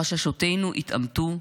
חששותינו התאמתו,